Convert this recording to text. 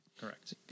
Correct